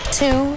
two